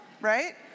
Right